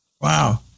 Wow